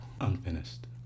Unfinished